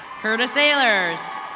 curtis ailers.